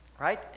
Right